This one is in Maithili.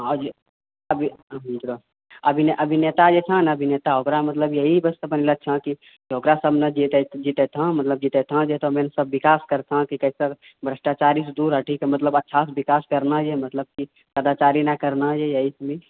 हँ जे अभी अभिनेता जे छँ ने अभिनेता ओकरा मतलब यही बस बनलऽ छँ की ओकरा सबमे जितेतऽ मतलब जितेतऽ सब विकाश करतऽ मतलब भष्टाचारी सँ दूर हटिकऽ मतलब अच्छासँ विकास करना यही मतलब कदाचारी ना करना यही सुनी